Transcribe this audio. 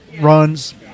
runs